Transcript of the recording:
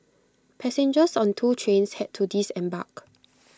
passengers on two trains had to disembark